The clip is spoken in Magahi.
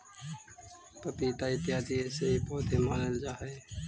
पपीता इत्यादि ऐसे ही पौधे मानल जा हई